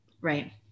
Right